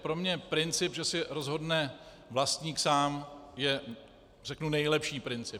Pro mě princip, že si rozhodne vlastník sám, je nejlepší princip.